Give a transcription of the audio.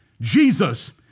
Jesus